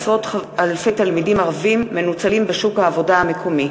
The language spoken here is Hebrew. עשרות-אלפי תלמידים ערבים מנוצלים בשוק העבודה המקומי,